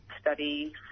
study